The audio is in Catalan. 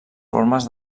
formes